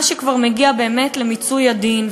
מה שכבר מגיע באמת למיצוי הדין,